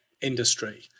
industry